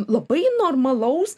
labai normalaus